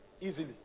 easily